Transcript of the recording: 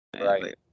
right